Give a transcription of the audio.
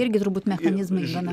irgi turbūt mechanizmai gana